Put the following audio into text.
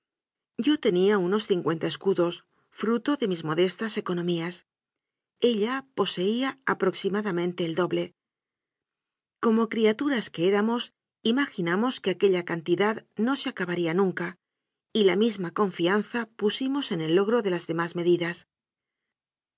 yo tenía unos cincuenta escudos fruto de mis modestas econo mías ella poseía aproximadamente el doble como criaturas que éramos imaginamos que aque lla cantidad no se acabaría nunca y la misma confianza pusimos en el logro de las demás